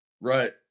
Right